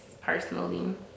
personally